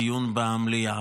בדיון במליאה.